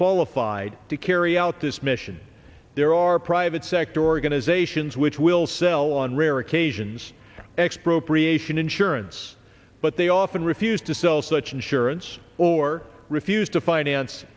qualified to carry out this mission there are private sector organisations which will sell on rare occasions expropriation insurance but they often refuse to sell such insurance or refuse to finance